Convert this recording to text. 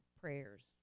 prayers